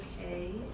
okay